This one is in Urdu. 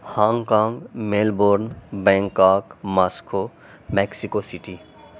Hong Kong Melbourne Bangkok Moscow Mexico city